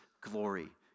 glory